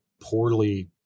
poorly